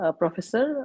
professor